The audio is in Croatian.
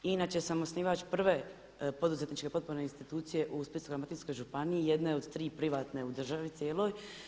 I inače sam osnivač prve poduzetničke potpune institucije u Splitsko-Dalmatinskoj županiji, jedna je od tri privatne u državi cijeloj.